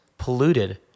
polluted